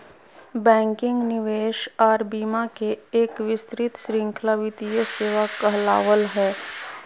banking, निवेश आर बीमा के एक विस्तृत श्रृंखला वित्तीय सेवा कहलावय हय